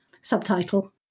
subtitle